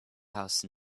house